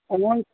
हुन्छ